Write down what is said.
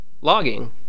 logging